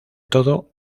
todo